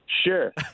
Sure